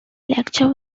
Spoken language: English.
lecture